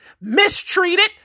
mistreated